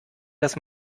das